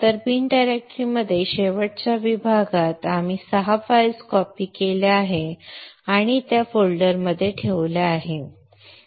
तर bin directory मध्ये शेवटच्या विभागात आपण 6 फाइल्स कॉपी केल्या आणि त्या फोल्डरमध्ये ठेवल्या